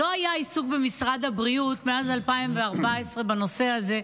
לא היה עיסוק במשרד הבריאות מאז 2014 בנושא הזה,